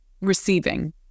receiving